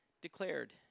declared